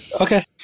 Okay